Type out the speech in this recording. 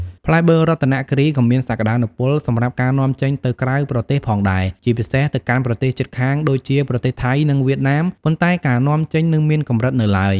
ផ្លែបឺររតនគិរីក៏មានសក្ដានុពលសម្រាប់ការនាំចេញទៅក្រៅប្រទេសផងដែរ ជាពិសេសទៅកាន់ប្រទេសជិតខាងដូចជាប្រទេសថៃ និងវៀតណាម ប៉ុន្តែការនាំចេញនៅមានកម្រិតនៅឡើយ។